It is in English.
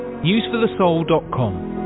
newsforthesoul.com